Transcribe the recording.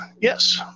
yes